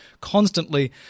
constantly